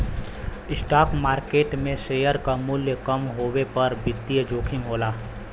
stock market में share क मूल्य कम होये पर वित्तीय जोखिम होला